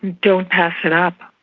don't pass it up,